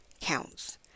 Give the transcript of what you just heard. counts